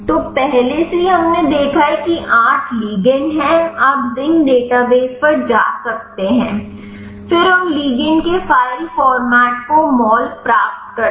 तो पहले से ही हमने देखा है कि 8 लिगंड हैं आप जिंक डेटाबेस पर जा सकते हैं फिर उन लिगंड के फाइल फॉर्मेट को मोल प्राप्त कर सकते हैं